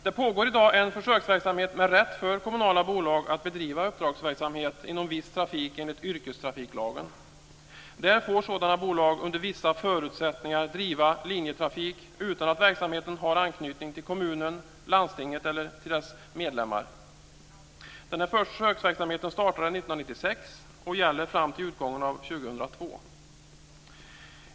Det pågår i dag en försöksverksamhet med rätt för kommunala bolag att bedriva uppdragsverksamhet inom viss trafik enligt yrkestrafiklagen. Där får sådana bolag under vissa förutsättningar driva linjetrafik utan att verksamheten har anknytning till kommunen eller landstinget eller till deras medlemmar. Denna försöksverksamhet startade 1996 och gäller fram till utgången av 2002.